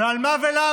ועל מה ולמה?